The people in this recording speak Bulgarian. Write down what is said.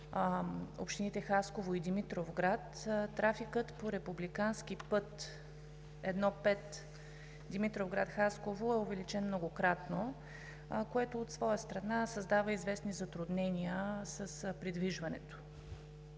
общините Хасково и Димитровград трафикът по републикански път I-5 Димитровград – Хасково е увеличен многократно, което от своя страна създава известни затруднения с придвижването.